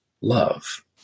love